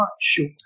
sure